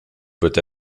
peut